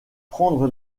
prendre